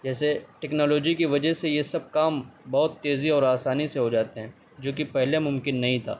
جیسے ٹیکنالوجی کی وجہ سے یہ سب کام بہت تیزی اور آسانی سے ہو جاتے ہیں جو کہ پہلے ممکن نہیں تھا